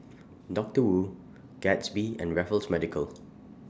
Doctor Wu Gatsby and Raffles Medical